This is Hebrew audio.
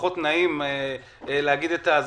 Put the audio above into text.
פחות נעים להגיד את זה.